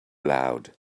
loud